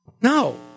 No